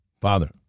Father